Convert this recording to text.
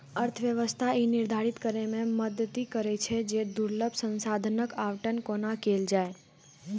अर्थव्यवस्था ई निर्धारित करै मे मदति करै छै, जे दुर्लभ संसाधनक आवंटन कोना कैल जाए